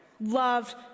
loved